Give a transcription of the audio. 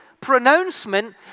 pronouncement